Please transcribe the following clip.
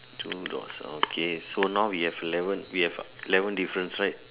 two so now we have eleven we have eleven differences right